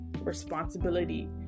responsibility